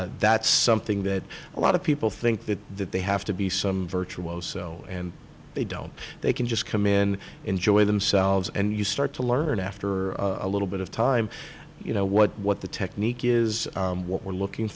talents that's something that a lot of people think that they have to be some virtue and they don't they can just come in enjoy themselves and you start to learn after a little bit of time you know what what the technique is what we're looking